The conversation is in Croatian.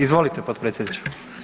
Izvolite potpredsjedniče.